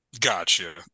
Gotcha